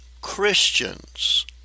Christians